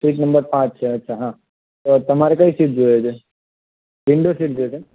seat number પાંચ છે અચ્છા હા તો તમારે કઈ સીટ જોઇએ છે વિન્ડો સીટ જોઇએ છે એમ